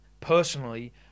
personally